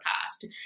past